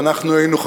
ואנחנו היינו,